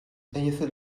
anything